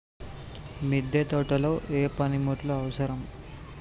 మిద్దె తోటలో ఏ పనిముట్లు అవసరం?